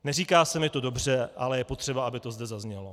Neříká se mi to dobře, ale je potřeba, aby to zde zaznělo.